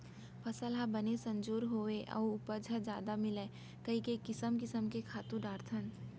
फसल ह बने संजोर होवय अउ उपज ह जादा मिलय कइके किसम किसम के खातू डारथन